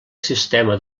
sistema